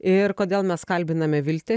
ir kodėl mes kalbiname viltę